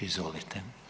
Izvolite.